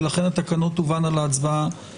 ובמובן הזה אין מחלוקת שכולנו רוצים לעסוק